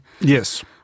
Yes